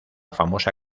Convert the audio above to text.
famosa